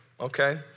okay